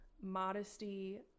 modesty